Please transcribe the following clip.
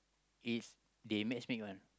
is they match make one